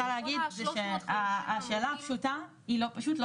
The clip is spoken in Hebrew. מה שאני מנסה להגיד זה שהשאלה הפשוטה היא לא פשוטה,